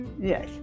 Yes